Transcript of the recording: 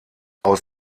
aus